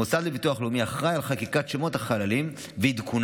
המוסד לביטוח לאומי אחראי על חקיקת שמות החללים ועדכונם.